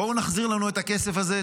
בואו נחזיר לנו את הכסף הזה.